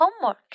homework